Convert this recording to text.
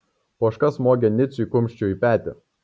poška smogė niciui kumščiu į petį